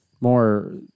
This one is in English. more